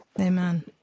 Amen